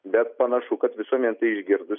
bet panašu kad visuomenė tai išgirdusi